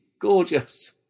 gorgeous